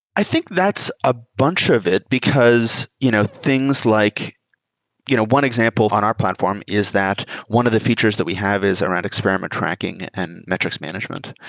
i think that's a bunch of it, because you know things like you know one example on our platform is that one of the features that we have is around experiment tracking and metrics management.